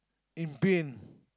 in pain